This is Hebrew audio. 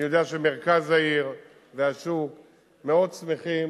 אני יודע שמרכז העיר והשוק מאוד שמחים